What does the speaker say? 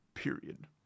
Period